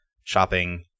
shopping